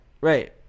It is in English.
right